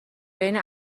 بین